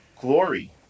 glory